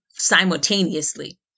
simultaneously